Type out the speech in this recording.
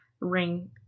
ring